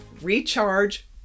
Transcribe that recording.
Recharge